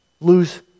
lose